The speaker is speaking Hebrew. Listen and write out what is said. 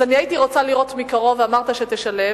אז אני הייתי רוצה לראות מקרוב, ואמרת שתשלב,